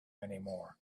anymore